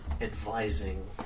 advising